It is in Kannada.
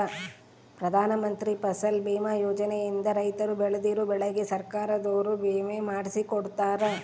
ಪ್ರಧಾನ ಮಂತ್ರಿ ಫಸಲ್ ಬಿಮಾ ಯೋಜನೆ ಇಂದ ರೈತರು ಬೆಳ್ದಿರೋ ಬೆಳೆಗೆ ಸರ್ಕಾರದೊರು ವಿಮೆ ಮಾಡ್ಸಿ ಕೊಡ್ತಾರ